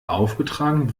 aufgetragen